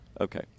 Okay